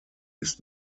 ist